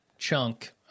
chunk